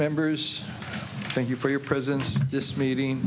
members thank you for your presence this meeting